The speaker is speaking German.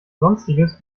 sonstiges